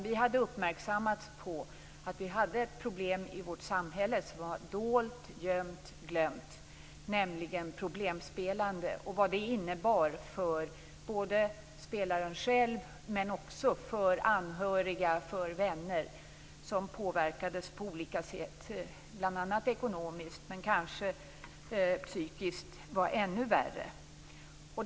Vi hade uppmärksammats på att det fanns ett gömt och glömt problem i vårt samhälle, nämligen överdrivet spelande och dess konsekvenser både för spelaren själv och för anhöriga och vänner. Man påverkas på olika sätt, bl.a. ekonomiskt men kanske ännu värre psykiskt.